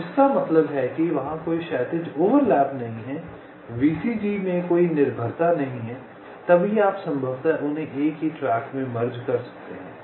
तो इसका मतलब है कि वहां कोई क्षैतिज ओवरलैप नहीं है VCG में कोई निर्भरता नहीं है तभी आप संभवतः उन्हें एक ही ट्रैक में मर्ज कर सकते हैं